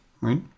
right